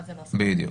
בדיוק.